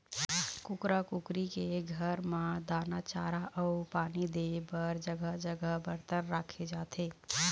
कुकरा कुकरी के घर म दाना, चारा अउ पानी दे बर जघा जघा बरतन राखे जाथे